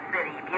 City